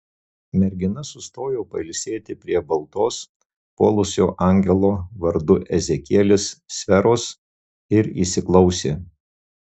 mergina sustojo pailsėti prie baltos puolusio angelo vardu ezekielis sferos ir įsiklausė